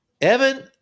Evan